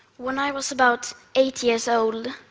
when i was about eight years old,